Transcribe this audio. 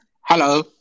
Hello